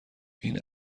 این